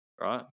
right